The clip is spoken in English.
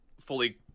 fully